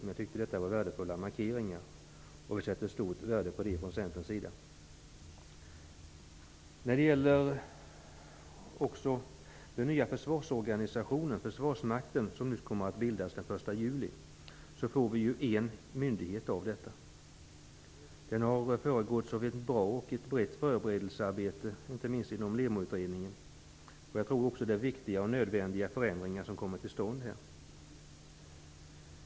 Men jag anser att detta var värdefulla markeringar. Vi från Centern sätter stort värde på dessa. Det skall ju bli en myndighet av den nya försvarsorganisationen, Försvarsmakten, som kommer att bildas den 1 juli. Detta har föregåtts av ett bra och brett förberedelsearbete, inte minst inom LEMO-utredningen. Det är nödvändiga förändringar som här kommer till stånd.